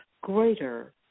greater